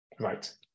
right